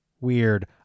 weird